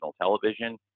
television